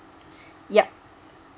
yup